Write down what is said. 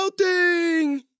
melting